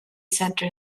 centre